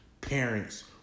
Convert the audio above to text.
parents